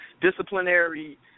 disciplinary